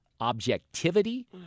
objectivity